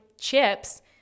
chips